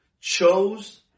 chose